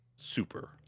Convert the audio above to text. super